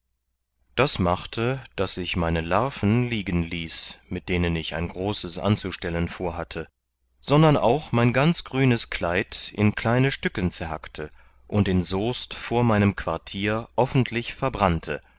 das machte daß ich meine larven liegen ließ mit denen ich ein großes anzustellen vorhatte sondern auch mein ganz grünes kleid in kleine stücken zerhackte und in soest vor meinem quartier offentlich verbrannte